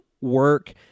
work